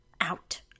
out